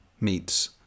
meets